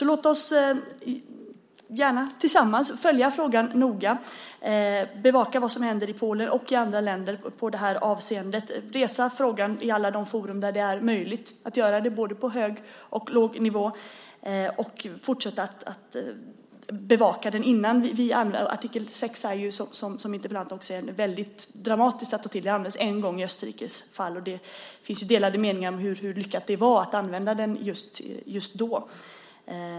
Låt oss, gärna tillsammans, följa frågan noga, bevaka vad som händer i Polen och i andra länder i det här avseendet och resa frågan i alla forum där det är möjligt att göra det, både på hög och låg nivå. Låt oss fortsätta att bevaka det. Artikel 6 är det ju, som interpellanten också säger, väldigt dramatiskt att ta till. Den har använts en gång, i Österrikes fall, och det finns delade meningar om hur lyckat det var att använda den just då.